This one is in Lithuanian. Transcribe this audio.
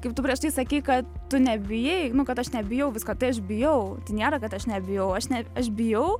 kaip tu prieš tai sakei kad tu nebijai kad aš nebijau visko tai aš bijau tai nėra kad aš nebijau aš ne aš bijau